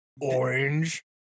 orange